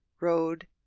road